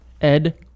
Ed